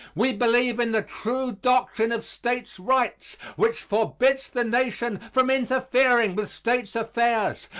we believe in the true doctrine of states' rights, which forbids the nation from interfering with states' affairs,